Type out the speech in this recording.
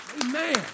Amen